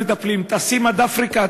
הם טסים עד אפריקה,